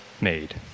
made